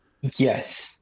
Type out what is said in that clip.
Yes